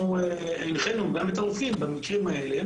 אנחנו הנחינו גם את הרופאים במקרים האלה